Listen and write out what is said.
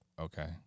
okay